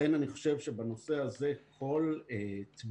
לכן אני חושב שבנושא הזה כל תמיכה